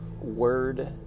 word